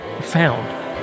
found